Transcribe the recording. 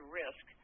risk